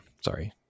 sorry